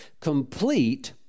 complete